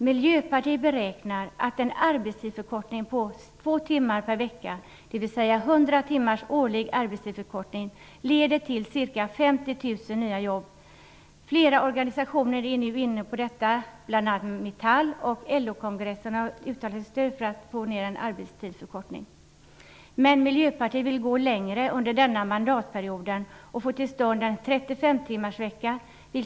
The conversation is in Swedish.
Miljöpartiet beräknar att en arbetstidsförkortning på två timmar per vecka, dvs. 100 timmars årlig arbetstidsförkortning leder till ca 50 000 nya jobb. Flera organisationer är nu inne på detta, bl.a. Metall. LO-kongressen har uttalat ett stöd för en arbetstidsförkortning. Men Miljöpartiet vill gå längre under denna mandatperiod och få till stånd en arbetsvecka på 35 timmar.